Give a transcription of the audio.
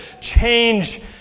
change